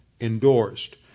endorsed